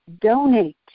donate